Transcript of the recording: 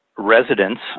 residents